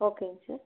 ஓகேங்க சார்